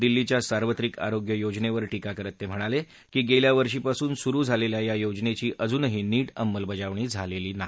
दिल्लीच्या सार्वत्रिक आरोग्य योजनेवर टिका करत ते म्हणाले की गेल्या वर्षीपासून सुरु झालेल्या या योजनेची अजूनही नीट अंमलबजावणी झालेली नाही